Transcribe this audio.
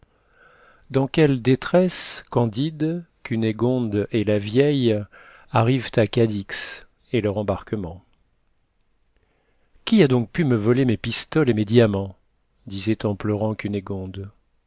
dans quelle détresse candide cunégonde et la vieille arrivent à cadix et leur embarquement qui a donc pu me voler mes pistoles et mes diamants disait en pleurant cunégonde